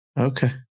Okay